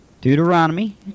Deuteronomy